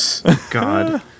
God